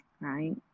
right